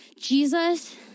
Jesus